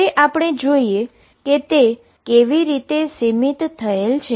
હવે આપણે જોઈએ કે તે કેવી રીતે સીમીત થયેલ છે